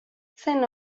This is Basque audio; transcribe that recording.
zen